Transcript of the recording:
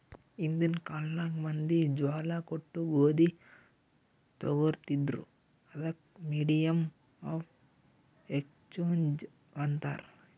ಹಿಂದಿನ್ ಕಾಲ್ನಾಗ್ ಮಂದಿ ಜ್ವಾಳಾ ಕೊಟ್ಟು ಗೋದಿ ತೊಗೋತಿದ್ರು, ಅದಕ್ ಮೀಡಿಯಮ್ ಆಫ್ ಎಕ್ಸ್ಚೇಂಜ್ ಅಂತಾರ್